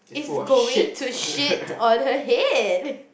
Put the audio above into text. is going to shit on her head